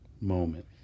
moment